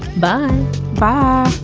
bah bah